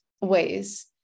ways